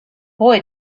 boy